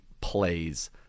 plays